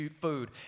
food